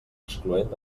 excloent